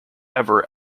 ever